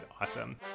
awesome